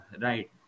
right